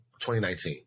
2019